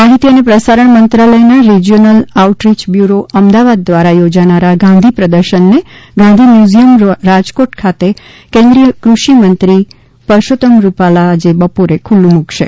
માહિતી અને પ્રસારણ મંત્રાલયના રીજીયોનલ આઉટરીય બ્યુરો અમદાવાદ દ્વાર યોજાનારા ગાંધી પ્રદર્શનને ગાંધી મ્યુઝીયમ રાજકોટ ખાતે કેન્દ્રીય કૃષિ મંત્રી પરષોત્તમ રૂપાલા આજે બપોરે ખુલ્લું મુકશે